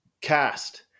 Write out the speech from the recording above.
cast